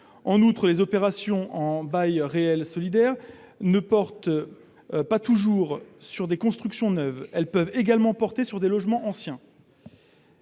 En outre, les opérations de bail réel solidaire ne portent pas toujours sur des constructions neuves ; elles peuvent également concerner des logements anciens.